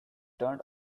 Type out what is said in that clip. turned